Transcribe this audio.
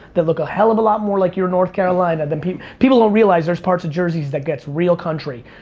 they look a hell of a lot more like your north carolina than, people people don't realize there's parts of jersey that gets real country.